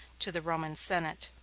to the roman senate.